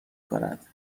کند